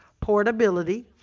portability